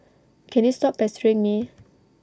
can you stop pestering me